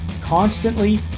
constantly